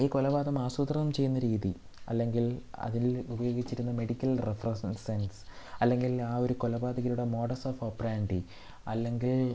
ഈ കൊലപാതകം ആസൂത്രണം ചെയ്യുന്ന രീതി അല്ലെങ്കിൽ അതിൽ ഉപയോഗിച്ചിരുന്ന മെഡിക്കൽ റെപ്രെസൻസ് അല്ലെങ്കിൽ ആ ഒരു കൊലപാതകിയുടെ മോഡസ് ഓഫ് ഓപ്പറാൻഡി അല്ലെങ്കിൽ